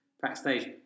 backstage